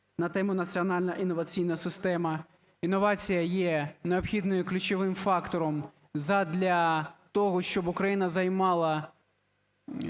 на тему: "Національна інноваційна система". Інновація є необхідним і ключовим фактором задля того, щоб Україна займала